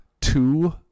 two